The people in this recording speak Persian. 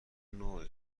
نوع